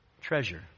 treasure